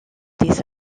these